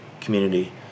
community